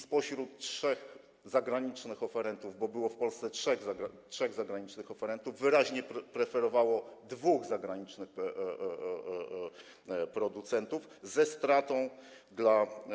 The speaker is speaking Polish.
Spośród trzech zagranicznych oferentów, bo było w Polsce trzech zagranicznych oferentów, wyraźnie preferowało dwóch zagranicznych producentów ze stratą dla.